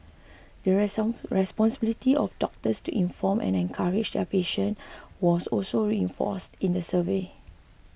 the responsibility of doctors to inform and encourage their patients was also reinforced in the survey